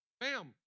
Bam